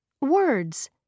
Words